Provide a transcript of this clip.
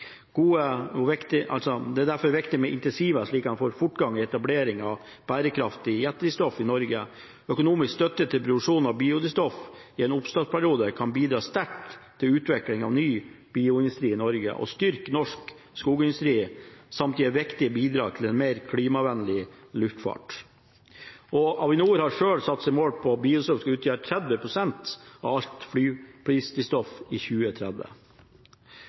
med incentiver slik at en får fortgang i etablering av bærekraftig jetdrivstoff i Norge. Økonomisk støtte til produksjon av biodrivstoff i en oppstartsperiode kan bidra sterkt til utvikling av ny bioindustri i Norge, styrke norsk skogsindustri samt gi viktige bidrag til en mer klimavennlig luftfart. Avinor selv har satt seg som mål at biodrivstoff skal utgjøre 30 pst. av alt flydrivstoff i 2030. En samlet komité med unntak av Venstre åpner også for en uavhengig kartlegging av flyplasstilbudet i